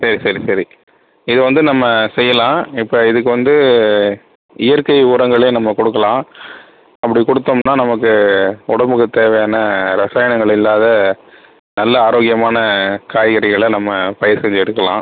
சரி சரி சரி இதை வந்து நம்ம செய்யலாம் இப்போ இதுக்கு வந்து இயற்கை உரங்களே நம்ம கொடுக்கலாம் அப்படி கொடுத்தோம்னா நமக்கு உடம்புக்கு தேவையான ரசாயனங்கள் இல்லாத நல்ல ஆரோக்கியமான காய்கறிகளை நம்ம பயிர் செஞ்சு எடுக்கலாம்